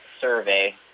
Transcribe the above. survey –